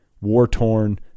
war-torn